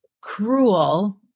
cruel